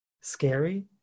scary